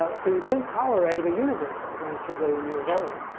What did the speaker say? so you couldn't tolerate a universe that was only two billion years old.